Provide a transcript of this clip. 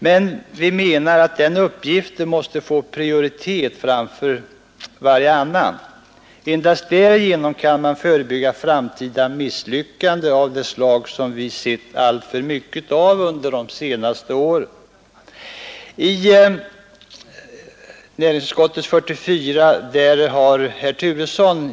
Men vi menar att den uppgiften måste få prioritet framför varje annan. Endast därigenom kan man förebygga framtida misslyckanden av det slag som vi sett alltför mycket av under de senaste åren.